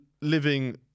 living